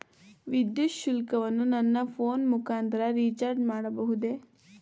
ವಿದ್ಯುತ್ ಶುಲ್ಕವನ್ನು ನನ್ನ ಫೋನ್ ಮುಖಾಂತರ ರಿಚಾರ್ಜ್ ಮಾಡಬಹುದೇ?